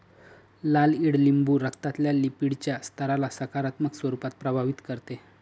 लाल ईडलिंबू रक्तातल्या लिपीडच्या स्तराला सकारात्मक स्वरूपात प्रभावित करते